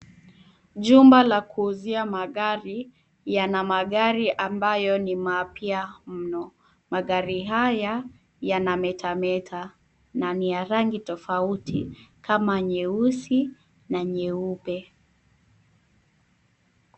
Jumba la kuuzia magari yana magari ambayo ni mapya mno. Magari haya yanametameta na ni ya rangi tofauti kama nyeusi na nyeupe.